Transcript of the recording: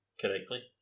correctly